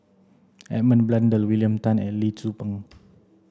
Edmund Blundell William Tan and Lee Tzu Pheng